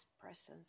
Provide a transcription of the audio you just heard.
presence